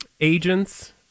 agents